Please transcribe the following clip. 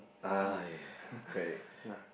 ya ya